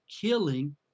killing